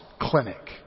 Clinic